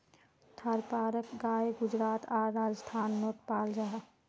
थारपारकर गाय गुजरात आर राजस्थानोत पाल जाहा